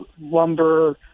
lumber